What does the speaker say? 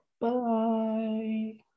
Bye